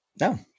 no